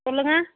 சொல்லுங்க